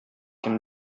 him